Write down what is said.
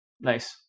Nice